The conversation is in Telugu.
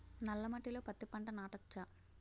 నల్ల మట్టిలో పత్తి పంట నాటచ్చా?